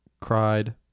Cried